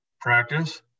practice